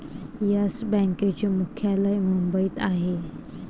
yes बँकेचे मुख्यालय मुंबईत आहे